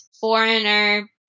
foreigner